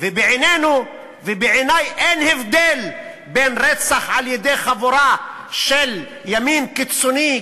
אבל בעינינו ובעיני אין הבדל בין רצח על-ידי חבורה של ימין קיצוני,